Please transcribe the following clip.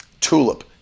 TULIP